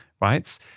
right